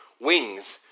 wings